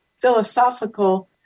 philosophical